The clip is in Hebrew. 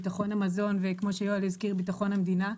ביטחון המזון וביטחון המדינה.